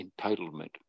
entitlement